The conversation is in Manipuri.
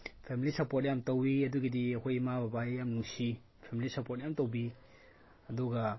ꯐꯦꯃꯤꯂꯤ ꯁꯞꯄꯣꯔꯠ ꯌꯥꯝ ꯇꯧꯋꯤ ꯑꯗꯨꯒꯤꯗꯤ ꯑꯩꯈꯣꯏ ꯏꯃꯥ ꯕꯕꯥ ꯑꯩ ꯌꯥꯝ ꯅꯨꯡꯁꯤ ꯐꯦꯃꯤꯂꯤ ꯁꯞꯄꯣꯔꯠ ꯃꯌꯥꯝ ꯇꯧꯕꯤ ꯑꯗꯨꯒ